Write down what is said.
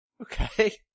Okay